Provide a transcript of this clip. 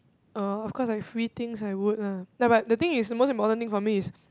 uh of course like free things I would lah like but the thing is the most important thing for me is